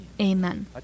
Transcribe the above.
Amen